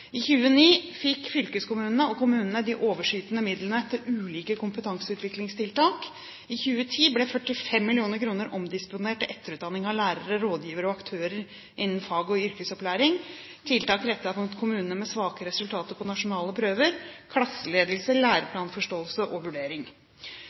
I 2009 fikk fylkeskommunene og kommunene de overskytende midlene til ulike kompetanseutviklingstiltak. I 2010 ble 45 mill. kr omdisponert til etterutdanning av lærere, rådgivere og aktører innen fag- og yrkesopplæring, tiltak rettet mot kommuner med svake resultater på nasjonale prøver, klasseledelse,